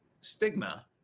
stigma